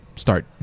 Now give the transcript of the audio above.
Start